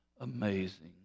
amazing